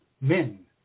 men